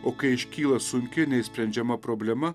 o kai iškyla sunki neišsprendžiama problema